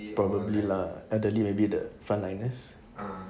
probably lah elderly maybe the front liners